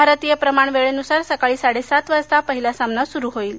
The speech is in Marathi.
भारतीय प्रमाणवेळेनुसार सकाळी साडेसात वाजता पहिला सामना सुरू होईल